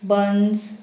buns